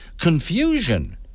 confusion